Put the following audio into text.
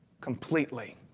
completely